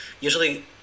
usually